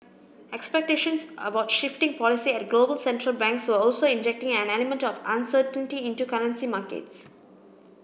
expectations about shifting policy at global central banks were also injecting an element of uncertainty into currency markets